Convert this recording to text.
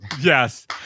yes